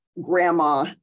grandma